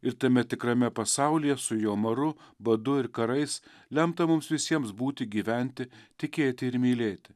ir tame tikrame pasaulyje su jo maru badu ir karais lemta mums visiems būti gyventi tikėti ir mylėti